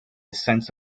sense